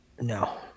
No